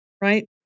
right